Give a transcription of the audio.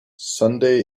sunday